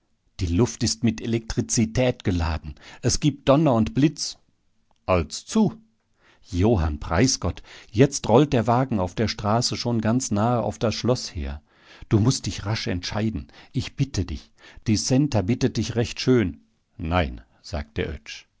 die luft ist mit elektrizität geladen es gibt donner und blitz als zu johann preisgott jetzt rollt der wagen auf der straße schon ganz nahe auf das schloß her du mußt dich rasch entscheiden ich bitte dich die centa bittet dich recht schön nein sagte der